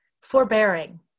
forbearing